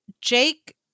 Jake